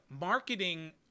marketing